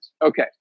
Okay